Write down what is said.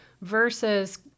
versus